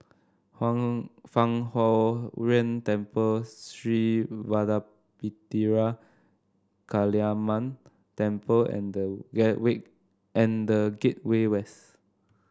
Fang Huo Yuan Temple Sri Vadapathira Kaliamman Temple and the Gateway and The Gateway West